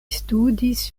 studis